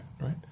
right